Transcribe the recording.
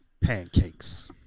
Pancakes